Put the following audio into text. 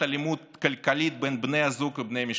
אלימות כלכלית בין בני זוג ובני משפחה,